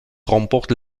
remporte